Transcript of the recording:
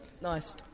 nice